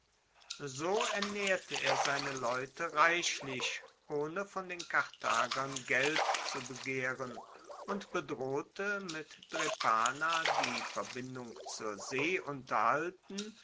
so ernaehrte er seine leute reichlich ohne von den karthagern geld zu begehren und bedrohte mit drepana die verbindung zur see unterhaltend